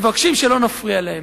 מבקשים שלא נפריע להם.